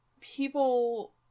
people